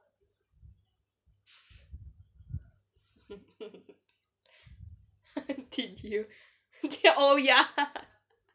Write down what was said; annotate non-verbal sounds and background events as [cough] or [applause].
[laughs] did you oh ya